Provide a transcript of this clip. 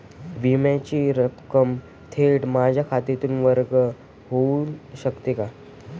विम्याची रक्कम थेट माझ्या खात्यातून वर्ग होऊ शकते का?